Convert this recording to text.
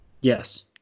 Yes